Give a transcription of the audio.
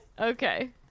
Okay